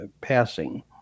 passing